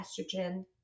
estrogen